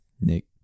Nick